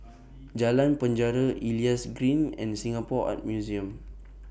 Jalan Penjara Elias Green and Singapore Art Museum